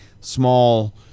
small